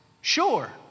sure